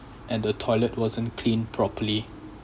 and the toilet wasn't clean properly